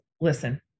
listen